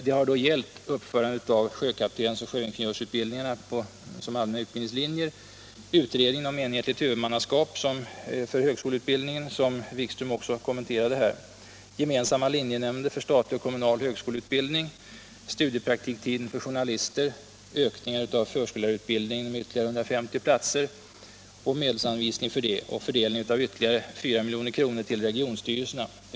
Det har gällt uppförande av sjökaptens och sjöingenjörsutbildningarna som allmänna utbildningslinjer, utredning om enhetligt huvudmannaskap för högskolan, som herr Wikström också kommenterade här, gemensamma linjenämnder för statlig och kommunal högskoleutbildning, studiepraktiktiden för journalister, ökning av förskollärarutbildningen med ytterligare 150 platser och medelsanvisning för detta, samt fördelning av ytterligare 4 milj.kr. till regionstyrelserna.